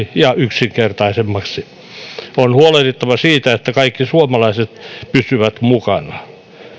ja yksinkertaisemmaksi on huolehdittava siitä että kaikki suomalaiset pysyvät mukana